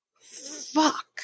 Fuck